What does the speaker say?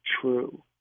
true